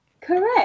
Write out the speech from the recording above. Correct